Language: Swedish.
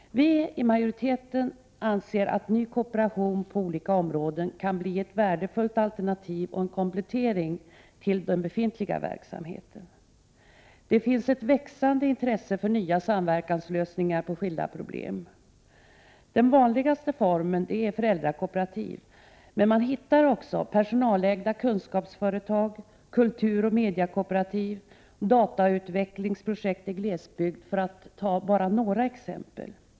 Vi i utskottsmajoriteten anser att ny kooperation på olika områden kan bli ett värdefullt alternativ och en komplettering till befintlig verksamhet. Det finns ett växande intresse för nya samverkanslösningar på skilda problem. Den vanligaste formen är föräldrakooperativ, men man hittar också personalägda kunskapsföretag, kulturoch mediakooperativ och datautvecklingsprojekt i glesbygd, för att bara ta några exempel.